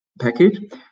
package